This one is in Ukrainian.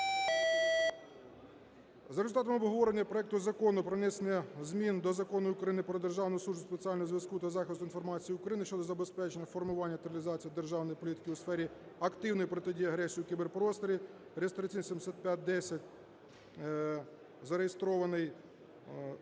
За результатами обговорення проекту Закону про внесення змін до Закону України "Про Державну службу спеціального зв'язку та захисту інформації України" щодо забезпечення формування та реалізації державної політики у сфері активної протидії агресії у кіберпросторі (реєстраційний – 7510), зареєстрований,